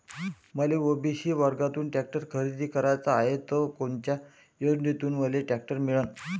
मले ओ.बी.सी वर्गातून टॅक्टर खरेदी कराचा हाये त कोनच्या योजनेतून मले टॅक्टर मिळन?